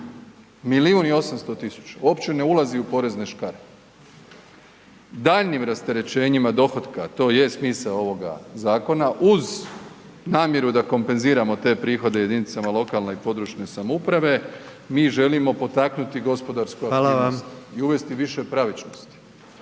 000. 1 800 000 uopće ne ulazi u porezne škare. Daljnjim rasterećenjima dohotka, to je smisao ovoga zakona, uz namjeru da kompenziramo te prihode jedinicama lokalne i područne samouprave mi želimo potaknuti gospodarsku aktivnosti .../Upadica: